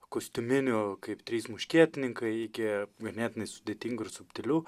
kostiuminių kaip trys muškietininkai iki ganėtinai sudėtingų ir subtilių